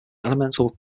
elemental